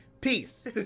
Peace